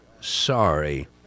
sorry